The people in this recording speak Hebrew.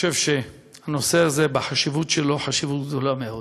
שהנושא הזה, החשיבות שלו היא חשיבות גדולה מאוד,